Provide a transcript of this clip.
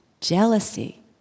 jealousy